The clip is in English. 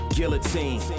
Guillotine